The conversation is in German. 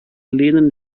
lehnen